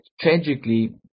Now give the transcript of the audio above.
tragically